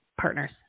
partners